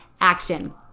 action